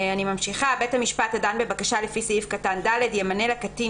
"(*)בית המשפט הדן בבקשה לפי סעיף קטן (ד) ימנה לקטין